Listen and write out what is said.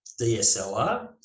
DSLR